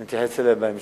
אני אתייחס אליה בהמשך.